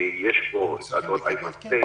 תוספתי.